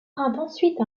ensuite